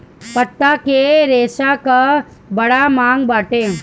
पत्ता के रेशा कअ बड़ा मांग बाटे